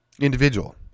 individual